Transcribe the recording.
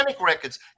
records